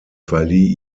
verlieh